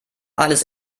alles